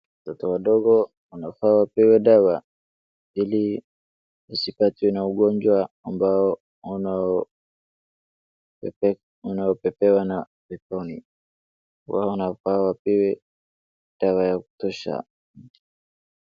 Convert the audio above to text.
Watoto wadogo wanafaa wapewe dawa, ili wasipatwe na ugonjwa ambao unaopepewa na upepo. Wao wanafaa wapewe dawa ya kutosha.